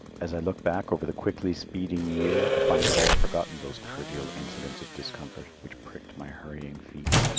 as i look back over the quickly speeding year i find that i have forgotten those trivial incidents of discomfort which pricked my hurrying feet.